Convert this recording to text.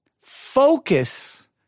focus